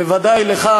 בוודאי לך,